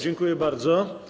Dziękuję bardzo.